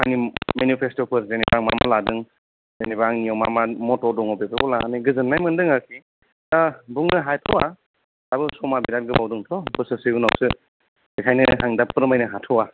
आंनि मेनुफेस्ट' फोर जेन'बा आं मा मा लादों जेन'बा आंनियाव मामा म'ठ' दङ बेखौबो लानानै गोजोननाय मोनदों आरखि दा बुंनो हाथ'या दाबो समा बिराथ दं थ' बोसोरसे उनावसो बिखायनो आं दा फोरमायनो हा थ'या